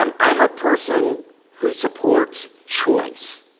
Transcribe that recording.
um i'm a person who supports choice